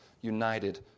united